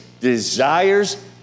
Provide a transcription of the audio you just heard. desires